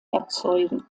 erzeugen